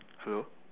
hello